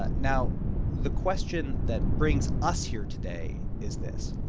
but now the question that brings us here today is this.